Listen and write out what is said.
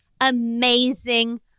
amazing